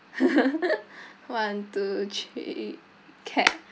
one two three clap